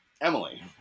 Emily